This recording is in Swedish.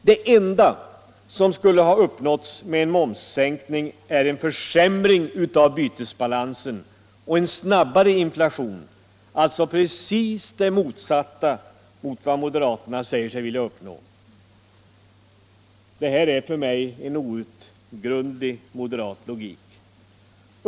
Det enda som skulle ha uppnåtts med en momssänkning är en försämring av bytesbalansen och en snabbare inflation — alltså precis det motsatta mot vad moderaterna säger sig vilja uppnå. Detta är för mig en outgrundlig moderat logik.